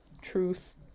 truth